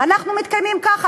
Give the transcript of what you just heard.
אנחנו מתקיימים ככה.